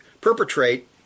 perpetrate